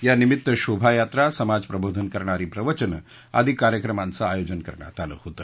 या निमित्त शोभायात्रा समाजप्रबोधन करणारी प्रवचन आदी कार्यक्रमाच आयोजन करण्यात आल होतं